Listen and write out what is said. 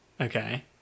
Okay